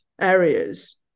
areas